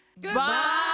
Goodbye